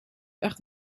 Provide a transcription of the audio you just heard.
echt